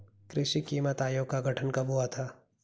कृषि कीमत आयोग का गठन कब हुआ था?